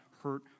hurt